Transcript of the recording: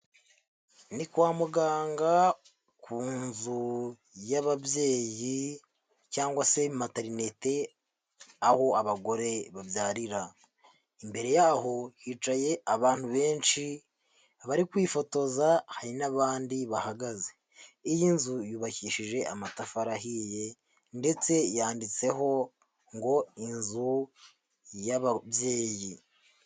Ni kwa muganga ku nzu y'ababyeyi cyangwa se matarinete aho abagore babyarira, imbere yaho hicaye abantu benshi bari kwifotoza, hari n'abandi bahagaze, iyi nzu yubakishije amatafari ahiye ndetse yanditseho ngo inzu y'ababyeyi.